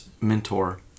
mentor